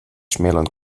schmälern